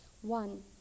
one